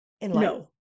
No